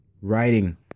Writing